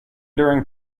during